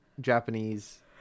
Japanese